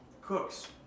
cooks